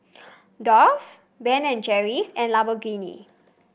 Dove Ben and Jerry's and Lamborghini